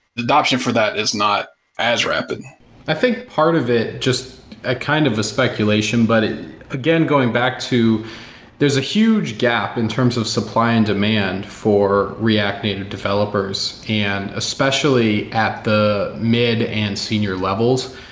the adoption for that is not as rapid i think part of it, just ah kind of a speculation, but again going back to there's a huge gap in terms of supply and demand for react native developers, and especially at the mid and senior levels.